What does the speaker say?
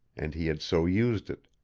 and he had so used it.